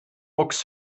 mucks